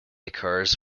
occurs